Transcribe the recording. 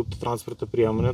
autotransporto priemone